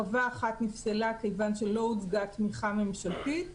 חווה אחת נפסלה כיוון שלא הוצגה תמיכה ממשלתית,